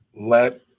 Let